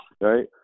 right